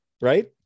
right